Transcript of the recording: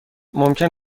ممکن